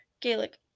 Gaelic